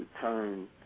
turn